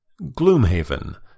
Gloomhaven